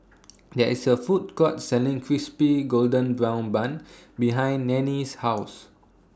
There IS A Food Court Selling Crispy Golden Brown Bun behind Nanie's House